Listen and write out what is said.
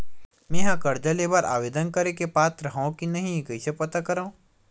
मेंहा कर्जा ले बर आवेदन करे के पात्र हव की नहीं कइसे पता करव?